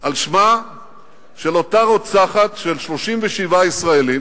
על שמה של אותה רוצחת של 36 ישראלים